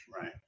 Right